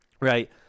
right